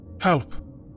help